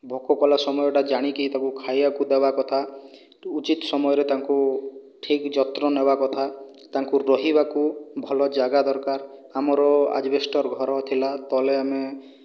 ଭୋକ କଲା ସମୟଟା ଜାଣିକି ତାକୁ ଖାଇବାକୁ ଦେବା କଥା ଉଚିତ ସମୟରେ ତାଙ୍କୁ ଠିକ୍ ଯତ୍ନ ନେବା କଥା ତାଙ୍କୁ ରହିବାକୁ ଭଲ ଜାଗା ଦରକାର ଆମର ଆଜବେଷ୍ଟର ଘର ଥିଲା ତଲେ ଆମେ